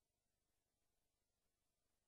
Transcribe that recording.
איך הם אמורים לשלם משכורות לעובדים?